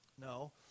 No